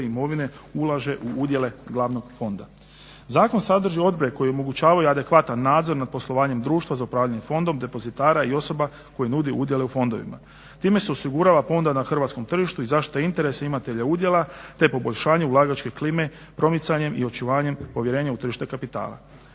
imovine ulaže u udjele glavnog fonda. Zakon sadrži odbore koji omogućavaju adekvatan nadzor nad poslovanjem društva za upravljanje fondom, depozitara i osoba koji nudi udjele u fondovima. Time se osigurava ponuda na hrvatskom tržištu i zaštita interesa imatelja udjela, te poboljšanje ulagačke klime promicanjem i očuvanjem povjerenja u tržište kapitala.